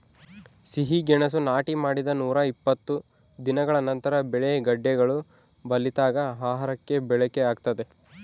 ಸಿಹಿಗೆಣಸು ನಾಟಿ ಮಾಡಿದ ನೂರಾಇಪ್ಪತ್ತು ದಿನಗಳ ನಂತರ ಬೆಳೆ ಗೆಡ್ಡೆಗಳು ಬಲಿತಾಗ ಆಹಾರಕ್ಕೆ ಬಳಕೆಯಾಗ್ತದೆ